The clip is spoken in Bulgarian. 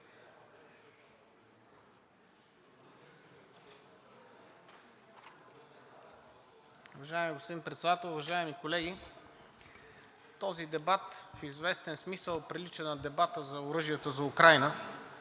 Уважаеми господин Председател, уважаеми колеги! Този дебат в известен смисъл прилича на дебата за оръжието за Украйна,